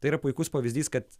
tai yra puikus pavyzdys kad